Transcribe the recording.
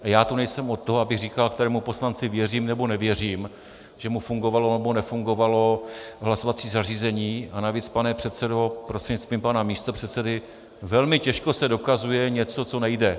A já tu nejsem od toho, abych říkal, kterému poslanci věřím, nebo nevěřím, že mu fungovalo, nebo nefungovalo hlasovací zařízení, a navíc, pane předsedo prostřednictvím pana místopředsedy, velmi těžko se dokazuje něco, co nejde.